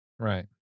Right